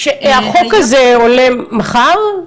החוק הזה עולה מחר?